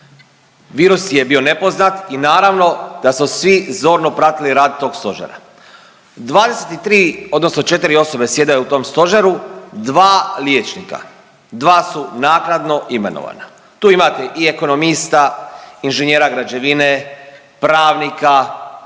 Virus je bio nepoznat i naravno da su svi zorno pratili rad tog stožera. 23 odnosno 4 osobe sjede u tom stožeru, 2 liječnika, 2 su naknadno imenovana. Tu imate i ekonomista, inženjera građevine, pravnika,